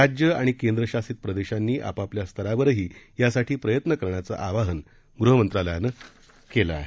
राज्य आणि केंद्रशासित प्रदेशांनी आपआपल्या स्तरावरही यासाठी प्रयत्न करण्याचं आवाहन गृहमंत्रालयानं केलं आहे